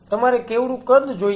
તમારે કેવડું કદ જોઈએ છે